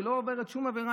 היא לא עוברת שום עבירה.